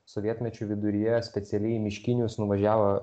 sovietmečiu viduryje specialiai į miškinius nuvažiavo